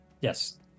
Yes